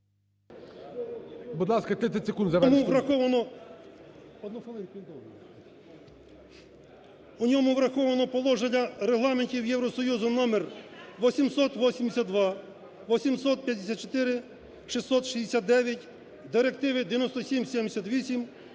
В ньому враховано положення регламентів Євросоюзу номер 882, 854, 669, директиви 9778